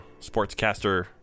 sportscaster